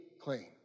clean